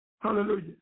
Hallelujah